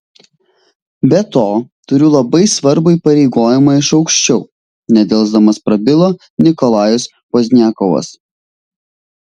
be to turiu labai svarbų įpareigojimą iš aukščiau nedelsdamas prabilo nikolajus pozdniakovas